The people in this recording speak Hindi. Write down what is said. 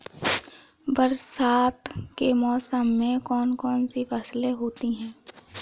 बरसात के मौसम में कौन कौन सी फसलें होती हैं?